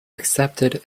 accepted